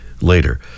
later